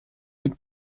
mit